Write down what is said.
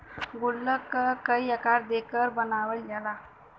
गुल्लक क कई आकार देकर बनावल जाला